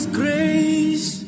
grace